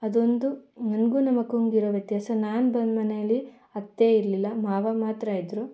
ಅದೊಂದು ನನಗೂ ನಮ್ಮಕ್ಕನಿಗೂ ಇರೋ ವ್ಯತ್ಯಾಸ ನಾನು ಬಂದು ಮನೆಲಿ ಅತ್ತೆ ಇರಲಿಲ್ಲ ಮಾವ ಮಾತ್ರ ಇದ್ದರು